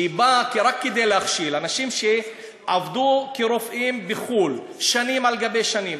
שבאה רק כדי להכשיל אנשים שעבדו כרופאים בחו"ל שנים על שנים,